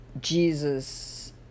Jesus